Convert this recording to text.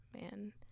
man